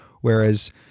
Whereas